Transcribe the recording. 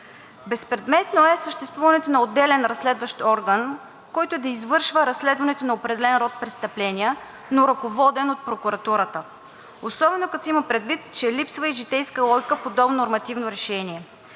Безпредметно е съществуването на отделен разследващ орган, който да извършва разследването на определен род престъпления, но ръководен от прокуратурата. Особено като се има предвид, че липсва и житейска логика в подобно нормативно решение.